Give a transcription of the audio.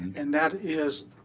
and that is.